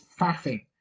faffing